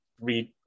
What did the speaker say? read